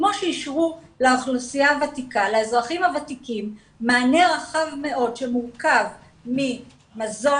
כמו שאישרו לאזרחים הוותיקים מענה רחב מאוד שמורכב ממזון,